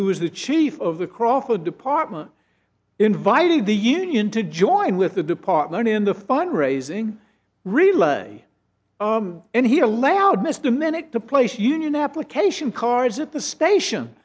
who was the chief of the crawford department inviting the union to join with the department in the fundraising relay and he allowed mr a minute to place union application cards with the spati